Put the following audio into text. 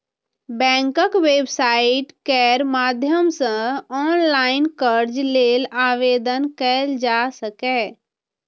बैंकक वेबसाइट केर माध्यम सं ऑनलाइन कर्ज लेल आवेदन कैल जा सकैए